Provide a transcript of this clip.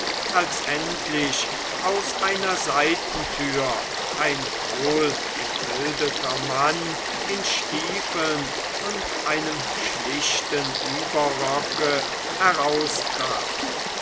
als endlich aus einer seitentür ein wohlgebildeter mann in stiefeln und einem schlichten überrocke heraustrat